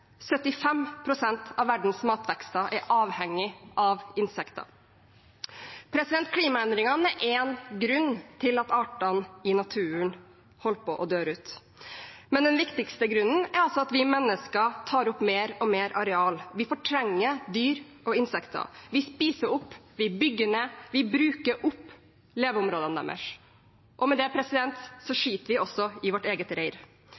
av verdens matvekster er avhengige av insekter. Klimaendringene er en grunn til at artene i naturen holder på å dø ut. Men den viktigste grunnen er at vi mennesker tar opp mer og mer areal, vi fortrenger dyr og insekter. Vi spiser opp, vi bygger ned, vi bruker opp leveområdene deres – og med det skiter vi også i vårt eget reir.